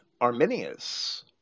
Arminius